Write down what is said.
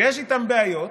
ויש איתם בעיות,